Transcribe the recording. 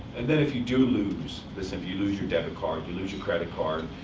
and then, if you do lose this if you lose your debit card, you lose your credit card,